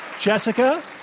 Jessica